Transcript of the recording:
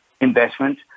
investment